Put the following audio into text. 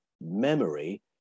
memory